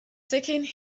taking